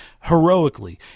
heroically